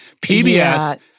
PBS